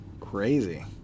Crazy